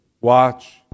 watch